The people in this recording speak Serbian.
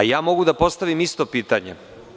Lično, mogu da postavim isto pitanje.